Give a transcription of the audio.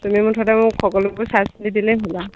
তুমি মুঠতে মোক সকলোবোৰ চাই চিতি দিলে হ'ল আৰু